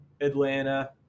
Atlanta